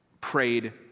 prayed